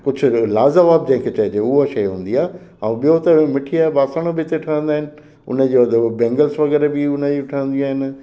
कुझु लाजवाबु जंहिं खे चइजे उहा शइ हूंदी आहे ऐं ॿियो त मिट्टीअ या बासण बि हिते ठहंदा आहिनि हुनजो त उहा बैंगल्स वग़ैरह बि हुनजी ठहंदियूं आहिनि